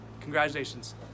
congratulations